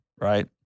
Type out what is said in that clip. right